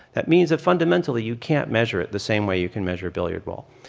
that means that fundamentally, you can't measure the same way you can measure a billiard ball.